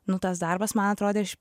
nu tas darbas man atrodė iš